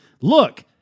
Look